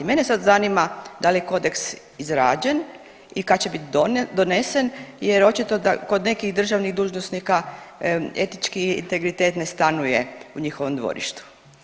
Mene sad zanima da li je kodeks izrađen i kad će biti donesen jer očito da kod nekih državnih dužnosnika etički integritet ne stanuje u njihovom dvorištu?